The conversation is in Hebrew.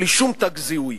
בלי שום תג זיהוי.